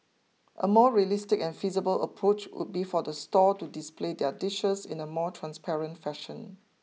a more realistic and feasible approach would be for the stall to display their dishes in a more transparent fashion